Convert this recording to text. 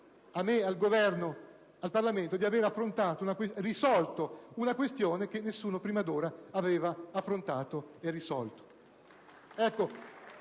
a me, al Governo, al Parlamento di aver affrontato e risolto una questione che nessuno prima d'ora aveva affrontato e risolto.